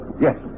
Yes